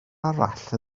arall